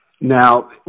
Now